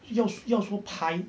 要说拍